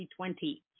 2020